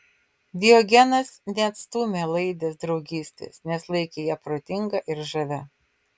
diogenas neatstūmė laidės draugystės nes laikė ją protinga ir žavia